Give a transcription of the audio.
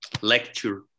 lecture